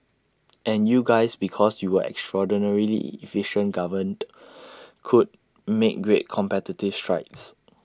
and you guys because you were extraordinarily efficient governed could make great competitive strides